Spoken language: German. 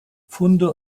funde